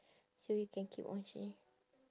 so you can keep on change